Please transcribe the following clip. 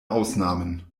ausnahmen